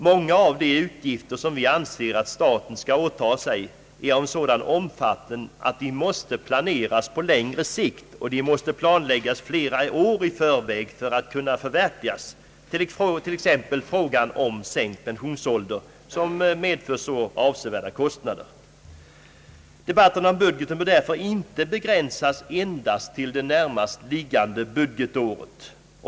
Många av de utgifter, som vi anser att staten skall åtaga sig, är av en sådan omfattning att de måste planeras på längre sikt och de måste planläggas flera år i förväg för att kunna förverkligas, t.ex. frågan om sänkt pensionsålder, som medför så avsevärda kostnader. Debatterna om budgeten bör därför inte begränsas endast till det när mast liggande budgetåret.